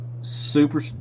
super